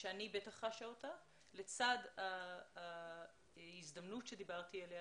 שאני בטח חשה אותה לצד ההזדמנות עליה דיברתי,